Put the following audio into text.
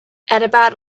about